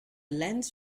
lens